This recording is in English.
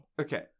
Okay